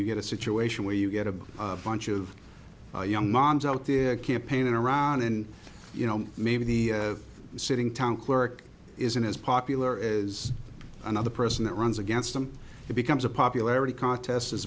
you get a situation where you get a bunch of young moms out there campaigning around and you know maybe the sitting town clerk isn't as popular as another person that runs against them it becomes a popularity contest as